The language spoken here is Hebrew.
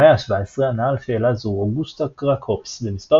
במאה ה-17 ענה על שאלה זו אוגוסטה קרקהופס במספר